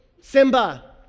Simba